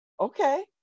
Okay